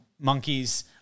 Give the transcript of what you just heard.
monkeys